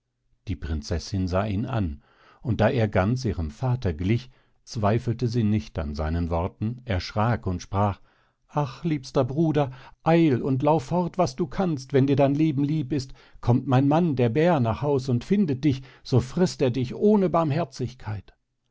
die prinzessin sah ihn an und da er ganz ihrem vater glich zweifelte sie nicht an seinen worten erschrack und sprach ach liebster bruder eil und lauf fort was du kannst wenn dir dein leben lieb ist kommt mein mann der bär nach haus und findet dich so frißt er dich ohne barmherzigkeit